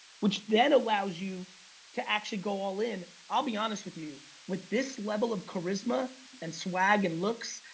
which then allows you to actually go all in. i'll be honest with you, with this level of charisma and swag and looks,